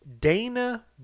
Dana